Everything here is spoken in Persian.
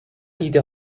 ایده